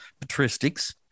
patristics